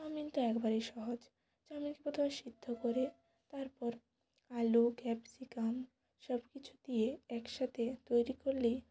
chowmein তো একবারেই সহজ চাউমিন প্রথমে সিদ্ধ করে তারপর আলু ক্যাপসিকাম সব কিছু দিয়ে একসাথে তৈরি করলেই